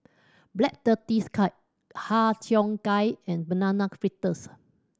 Black Tortoise Cake Har Cheong Gai and Banana Fritters